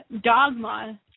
dogma